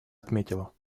отметила